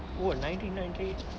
oh nineteen ninety